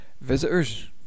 visitors